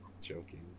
Joking